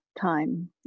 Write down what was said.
time